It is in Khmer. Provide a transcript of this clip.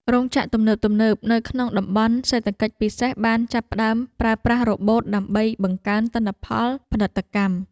រោងចក្រទំនើបៗនៅក្នុងតំបន់សេដ្ឋកិច្ចពិសេសបានចាប់ផ្តើមប្រើប្រាស់រ៉ូបូតដើម្បីបង្កើនទិន្នផលផលិតកម្ម។